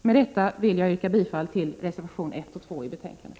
Med detta yrkar jag bifall till reservationerna 1 och 2 bbetänkandet.